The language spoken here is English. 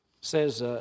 says